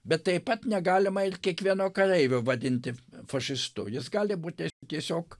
bet taip pat negalima ir kiekvieno kareivio vadinti fašistu jis gali būt tiesiog